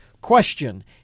question